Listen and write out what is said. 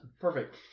Perfect